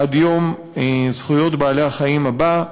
עד יום זכויות בעלי-החיים הבא,